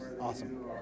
Awesome